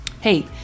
Hey